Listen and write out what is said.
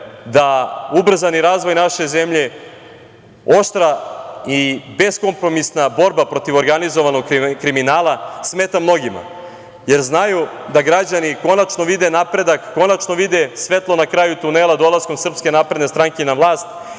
da ubrzani razvoj naše zemlje, oštra i beskompromisna borba protiv organizovanog kriminala smeta mnogima, jer znaju da građani konačno vide napredak, konačno vide svetlo na kraju tunela dolaskom SNS na vlast